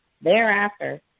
thereafter